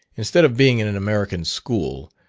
instead of being in an american school,